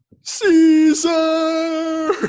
Caesar